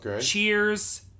Cheers